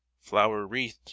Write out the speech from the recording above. flower-wreathed